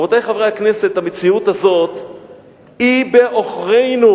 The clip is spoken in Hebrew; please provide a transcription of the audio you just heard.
רבותי חברי הכנסת, המציאות הזאת היא בעוכרינו.